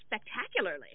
spectacularly